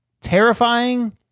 terrifying